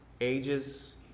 Ages